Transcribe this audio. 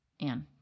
Anne